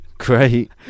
great